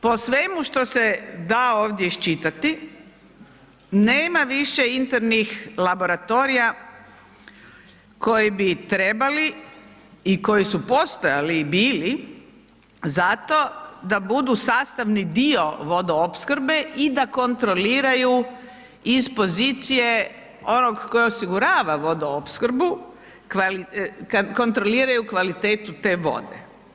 Po svemu što se da ovdje iščitati nema više internih laboratorija koji bi trebali i koji su postojali i bili zato da budu sastavni dio vodoopskrbe i da kontroliraju iz pozicije onog tko osigurava vodoopskrbu kad kontroliraju kvalitetu te vode.